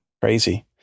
Crazy